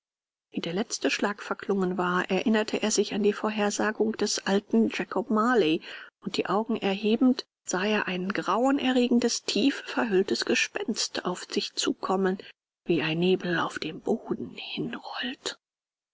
wie der letzte schlag verklungen war erinnerte er sich an die vorhersagung des alten jakob marley und die augen erhebend sah er ein grauenerregendes tief verhülltes gespenst auf sich zukommen wie ein nebel auf den boden